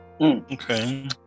Okay